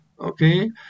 okay